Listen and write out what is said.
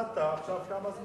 העיתונאים רשמו פה.